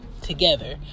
together